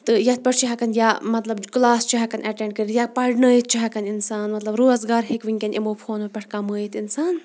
تہٕ یَتھ پٮ۪ٹھ چھِ ہٮ۪کان یا مطلب کلاس چھِ ہٮ۪کَان اٮ۪ٹنٛڈ کٔرِتھ یا پَرٕنٲِیتھ چھِ ہٮ۪کان اِنسان مطلب روزگار ہیٚکہِ وٕنکٮ۪ن یِمَو فونو پٮ۪ٹھ کَمٲیِتھ اِنسان